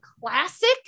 classic